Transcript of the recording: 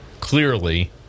clearly